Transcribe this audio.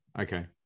Okay